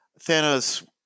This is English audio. Thanos-